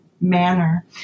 manner